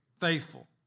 faithful